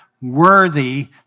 worthy